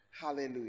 hallelujah